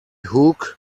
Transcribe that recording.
hook